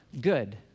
good